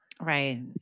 right